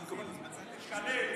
שקלים,